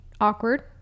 awkward